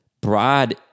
broad